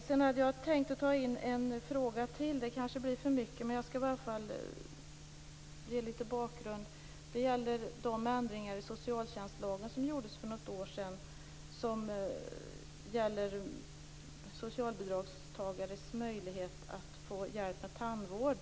Jag hade tänkt att ta upp en fråga till. Det blir kanske för mycket, men jag skall i varje fall ge lite bakgrund. Det gäller de ändringar i socialtjänstlagen som gjordes för något år sedan beträffande socialbidragstagares möjlighet att få hjälp med tandvård.